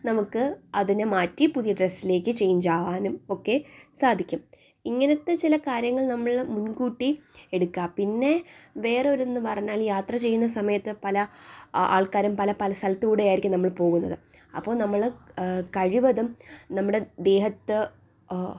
നമുക്ക് അതിനെ മാറ്റി പുതിയ ഡ്രസ്സിലേക്ക് ചേഞ്ച് ആവാനും ഒക്കെ സാധിക്കും ഇങ്ങനെയുള്ള ചില കാര്യങ്ങൾ നമ്മൾ മുൻകൂട്ടി എടുക്കുക പിന്നെ വേറെ ഒരു ഇതെന്നു പറഞ്ഞാൽ യാത്ര ചെയ്യുന്ന സമയത്ത് പല ആൾക്കാരും പല പല സ്ഥലത്തു കൂടെ ആയിരിക്കും നമ്മൾ പോകുന്നത് അപ്പോൾ നമ്മൾ കഴിവതും നമ്മുടെ ദേഹത്ത്